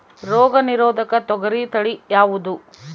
ರೋಗ ನಿರೋಧಕ ತೊಗರಿ ತಳಿ ಯಾವುದು?